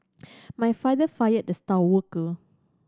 my father fired the star worker